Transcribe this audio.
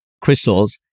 crystals